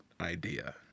idea